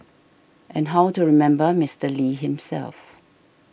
and how to remember Mister Lee himself